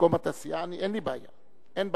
במקומות הסיעה, אין בעיה.